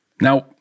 Now